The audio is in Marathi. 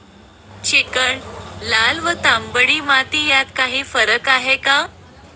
चिकण, लाल व तांबडी माती यात काही फरक आहे का?